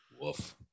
Woof